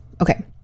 okay